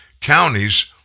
counties